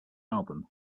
album